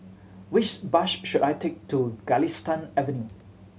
which bus should I take to Galistan Avenue